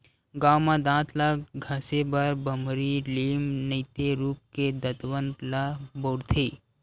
गाँव म दांत ल घसे बर बमरी, लीम नइते रूख के दतवन ल बउरथे